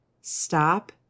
stop